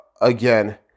again